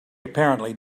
apparently